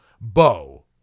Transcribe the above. Bo